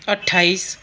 अट्ठाइस